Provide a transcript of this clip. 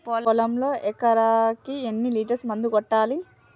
పొలంలో ఎకరాకి ఎన్ని లీటర్స్ మందు కొట్టాలి?